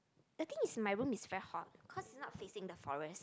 I think is my room is very hot cause it's not facing the forest